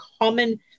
common